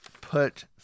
put